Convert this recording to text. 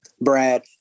Brad